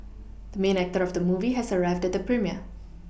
the main actor of the movie has arrived at the premiere